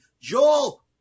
Joel